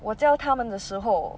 我教他们的时候